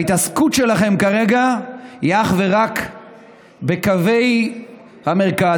ההתעסקות שלכם כרגע היא אך ורק בקווי המרכז.